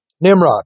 Nimrod